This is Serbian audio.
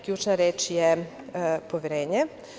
Ključna reč je poverenje.